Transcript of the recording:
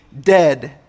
dead